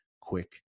quick